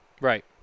Right